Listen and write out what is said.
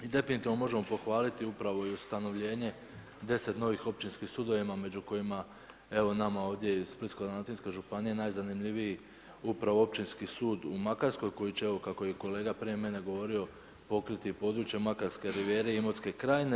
I definitivno možemo pohvaliti upravo i ustanovljenje deset novih općinskih sudovima među kojima evo nama ovdje iz Splitsko-dalmatinske najzanimljiviji upravo Općinski sud u Makarskoj koji će, evo kako je i kolega prije mene govorio pokriti i područje makarske rivijere i Imotske krajine.